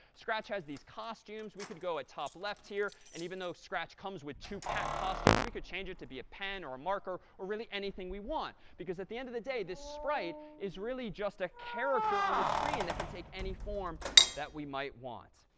scratch has these costumes. we could go at top left here, and even though scratch comes with two cat costumes, we could change it to be a pen or a marker or, really, anything we want. because at the end of the day, this sprite is really just a character on the screen that can take any form that we might want.